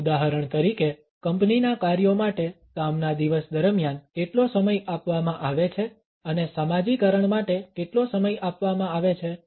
ઉદાહરણ તરીકે કંપનીના કાર્યો માટે કામના દિવસ દરમિયાન કેટલો સમય આપવામાં આવે છે અને સમાજીકરણ માટે કેટલો સમય આપવામાં આવે છે